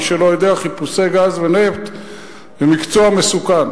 מי שלא יודע, חיפושי גז ונפט הם מקצוע מסוכן,